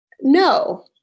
No